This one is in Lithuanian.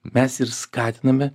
mes ir skatiname